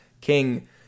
King